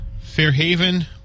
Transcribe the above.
Fairhaven